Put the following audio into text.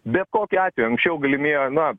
bet kokiu atveju anksčiau galimėjo na